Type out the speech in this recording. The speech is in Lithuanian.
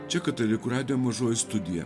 čia katalikų radijo mažoji studija